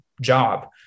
job